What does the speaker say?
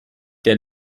der